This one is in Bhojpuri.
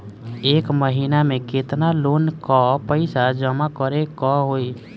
एक महिना मे केतना लोन क पईसा जमा करे क होइ?